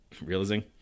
realizing